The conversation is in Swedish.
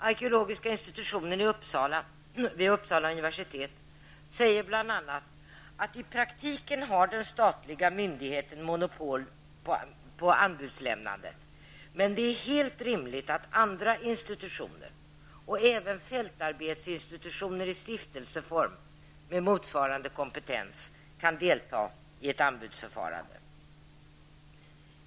Arkeologiska institutionen vid Uppsala universitet säger bl.a. att i praktiken har den statliga myndigheten monopol på anbudslämnande, men det är helt rimligt att andra institutioner och även fältarbetsinstitutioner i stiftelseform med motsvarande kompetens kan delta i ett anbudsförfarande.